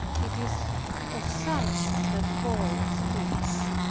it is of such that paul speaks,